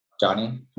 Johnny